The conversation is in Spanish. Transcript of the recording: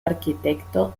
arquitecto